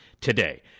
today